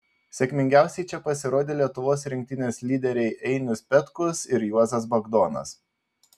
sėkmingiausiai čia pasirodė lietuvos rinktinės lyderiai einius petkus ir juozas bagdonas